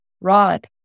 Rod